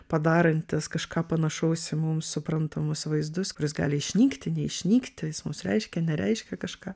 padarantis kažką panašaus į mums suprantamus vaizdus kuris gali išnykti neišnykti jis mums reiškia nereiškia kažką